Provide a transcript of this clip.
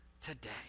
today